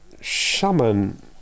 Shaman